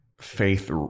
Faith